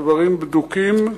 הדברים בדוקים לגמרי.